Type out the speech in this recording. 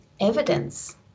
evidence